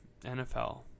NFL